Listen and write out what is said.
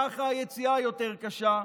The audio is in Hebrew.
ככה היציאה יותר קשה.